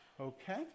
Okay